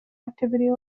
activity